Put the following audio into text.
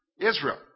Israel